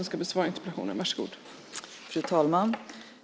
Fru talman!